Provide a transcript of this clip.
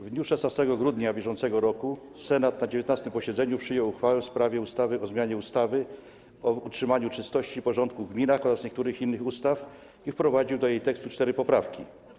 W dniu 16 grudnia br. Senat na 19. posiedzeniu przyjął uchwałę w sprawie ustawy o zmianie ustawy o utrzymaniu czystości i porządku w gminach oraz niektórych innych ustaw i wprowadził do jej tekstu cztery poprawki.